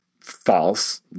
False